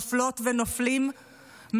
נופלות ונופלים,